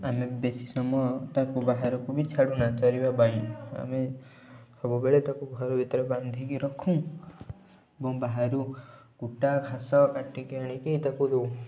ଆମେ ବେଶୀ ସମୟ ତାକୁ ବାହାରକୁ ବି ଛାଡ଼ୁନା ଚରିବା ପାଇଁ ଆମେ ସବୁବେଳେ ତାକୁ ଘର ଭିତରେ ବାନ୍ଧିକି ରଖୁ ଏବଂ ବାହାରୁ କୁଟା ଘାସ କାଟିକି ଆଣିକି ତାକୁ ଦେଉ